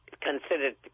considered